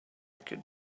could